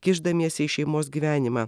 kišdamiesi į šeimos gyvenimą